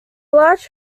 large